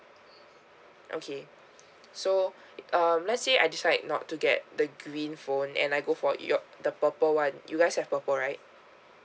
okay so um let's say I decide not to get the green phone and I go for your the purple one you guys have purple right